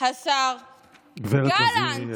השר גלנט,